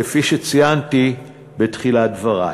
כפי שציינתי, בתחילת דברי.